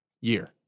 year